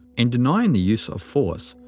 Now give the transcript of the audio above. in denying the use of force,